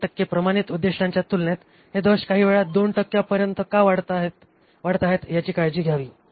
6 टक्के प्रमाणित उद्दिष्टांच्या तुलनेत हे दोष काही वेळा २ टक्क्यांपर्यंत का वाढत आहे याची काळजी घ्यावी